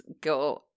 go